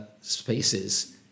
spaces